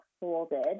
folded